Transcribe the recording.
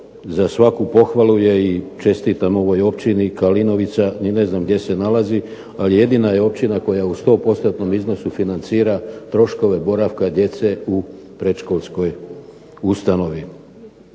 za svaku pohvalu je i čestitam ovoj općini Kalinovica, ni ne znam gdje se nalazi, ali jedina je općina koja u 100% iznosu financira troškove boravka djece u predškolskoj ustanovi.